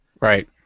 Right